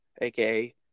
aka